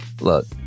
Look